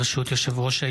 ברשות היושב-ראש,